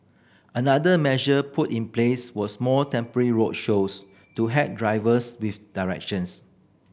another measure put in place was more temporary road shows to help drivers with directions